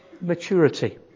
maturity